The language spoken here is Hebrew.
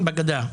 להתנחלויות בגדה.